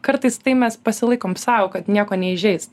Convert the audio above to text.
kartais tai mes pasilaikom sau kad nieko neįžeist